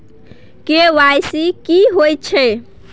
KYC की हय छै?